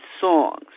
songs